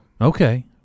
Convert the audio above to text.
Okay